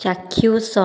ଚାକ୍ଷୁଷ